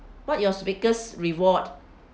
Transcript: what your biggest reward